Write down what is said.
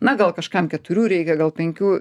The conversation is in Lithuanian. na gal kažkam keturių reikia gal penkių